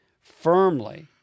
firmly